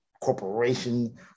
corporation